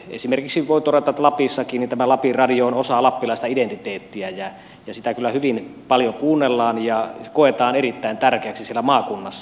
nimittäin voin todeta esimerkiksi että lapissakin tämä lapin radio on osa lappilaista identiteettiä ja sitä kyllä hyvin paljon kuunnellaan ja se koetaan erittäin tärkeäksi siellä maakunnassa